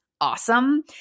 awesome